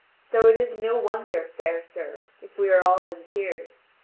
so it is no wonder, fair sir, if we are all in tears.